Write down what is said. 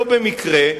לא במקרה,